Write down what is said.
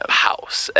house